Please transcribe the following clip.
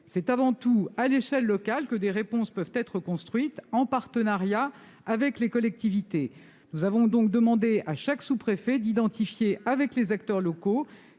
C'est avant tout à l'échelon local que des réponses peuvent être trouvées en partenariat avec les collectivités. Nous avons donc demandé à chaque sous-préfet d'identifier, avec les acteurs locaux,